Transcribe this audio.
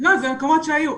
לא, אלה מקומות שהיו.